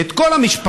את כל המשפחות,